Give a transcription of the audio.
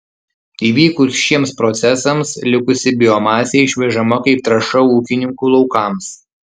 įvykus šiems procesams likusi biomasė išvežama kaip trąša ūkininkų laukams